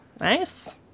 nice